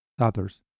others